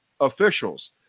officials